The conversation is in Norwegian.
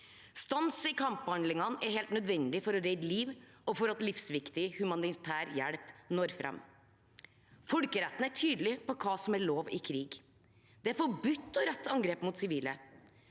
Stans i kamphandlingene er helt nødvendig for å redde liv og for at livsviktig humanitær hjelp når fram. Folkeretten er tydelig på hva som er lov i krig. Det er forbudt å rette angrep mot sivile.